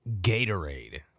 Gatorade